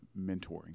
mentoring